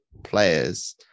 players